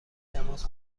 تماس